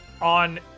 on